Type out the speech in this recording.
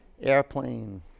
Airplane